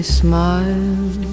smile